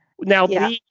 Now